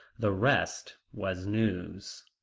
the rest was news.